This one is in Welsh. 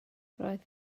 roedd